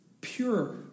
pure